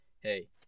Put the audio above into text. Hey